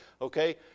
okay